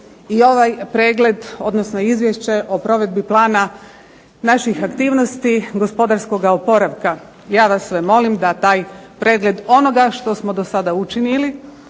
i ovaj pregled, odnosno Izvješće o provedbi plana naših aktivnosti gospodarskoga oporavka. Ja vas sve molim da taj pregled onoga što smo dosada učinili